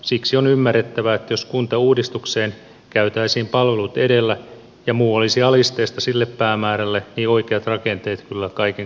siksi on ymmärrettävää että jos kuntauudistukseen käytäisiin palvelut edellä ja muu olisi alisteista sille päämäärälle niin oikeat rakenteet kyllä kaiken kaikkiaan löytyisivät